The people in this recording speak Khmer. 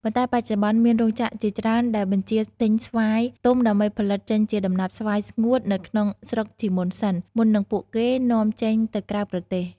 ប៉ុន្ដែ បច្ចុប្បន្នមានរោងចក្រជាច្រើនដែលបញ្ជាទិញស្វាយទុំដើម្បីផលិតចេញជាដំណាប់ស្វាយស្ងួតនៅក្នុងស្រុកជាមុនសិន មុននឹងពួកគេនាំចេញទៅក្រៅប្រទេស។